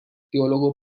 teólogo